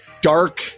dark